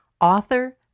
author